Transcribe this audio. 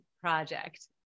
project